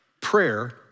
Prayer